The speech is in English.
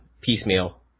piecemeal